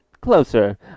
closer